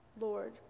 Lord